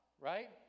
right